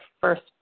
first